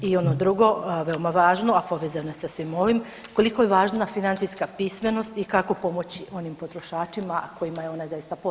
I ono drugo, veoma važno, a povezano je sa svim ovim, koliko je važna financijska pismenost i kako pomoći onim potrošačima kojima je ona zaista potrebna?